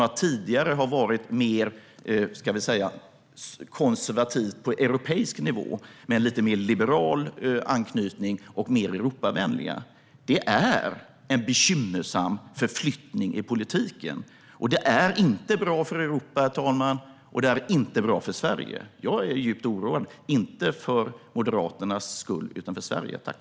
Tidigare har man varit mer konservativ på europeisk nivå, med en lite mer liberal anknytning och mer Europavänlig. Det är en bekymmersam förflyttning i politiken. Det är inte bra för Europa, herr talman, och det är inte bra för Sverige. Jag är djupt oroad - inte för Moderaternas skull, utan för Sveriges.